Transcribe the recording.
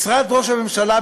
משרד ראש הממשלה,